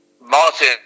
Martin